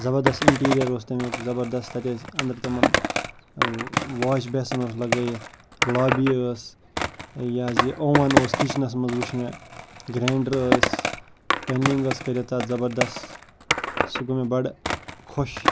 زبردست اِنٛٹیٖریَر اوس تیٚمیُک زبردست تَتہِ ٲسۍ أنٛدرٕ تمَن واش بیسَن اوس لَگٲیِتھ لابی ٲس یہِ حظ یہِ اووَن اوس کِچنَس منٛز وٕچھ مےٚ گرٛینٛڈَر ٲسۍ پٮ۪نٛلِنٛگ ٲس کٔرِتھ اَتھ زَبردست سُہ گوٚو مےٚ بَڑٕ خۄش